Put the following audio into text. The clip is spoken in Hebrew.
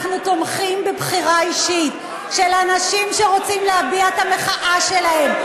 אנחנו תומכים בבחירה אישית של אנשים שרוצים להביע את המחאה שלהם,